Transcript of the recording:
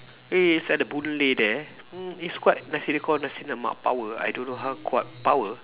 eh it's at the Boon Lay there mm it's quite nasi dia call nasi lemak power I don't know how kuat power